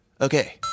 Okay